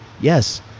yes